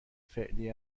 فعلی